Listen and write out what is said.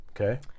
Okay